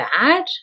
bad